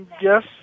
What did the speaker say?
Yes